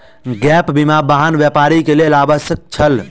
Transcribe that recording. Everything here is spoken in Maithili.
गैप बीमा, वाहन व्यापारी के लेल आवश्यक छल